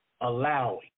allowing